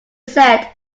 said